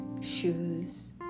Shoes